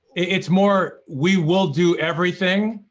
it's more, we will do everything,